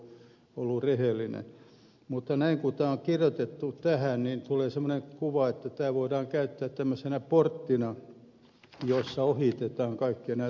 mutta kun tämä on näin kirjoitettu tähän tulee semmoinen kuva että tätä voidaan käyttää tämmöisenä porttina jossa ohitetaan kaikki tukirajat